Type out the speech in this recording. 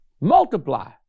multiply